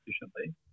efficiently